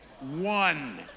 one